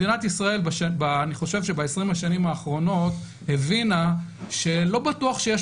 מדינת ישראל אני חושב ב-20 השנים האחרונות הבינה שלא בטוח שיש